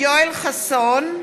חסון,